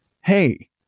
Hey